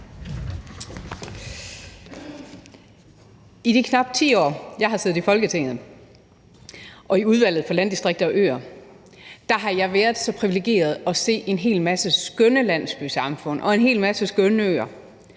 I de knap 10 år, jeg har siddet i Folketinget og i Udvalget for Landdistrikter og Øer, har jeg været så privilegeret at se en hel masse skønne landsbysamfund og en hel masse skønne øer,